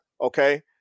Okay